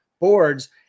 boards